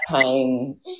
pain